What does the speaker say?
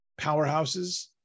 powerhouses